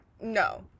no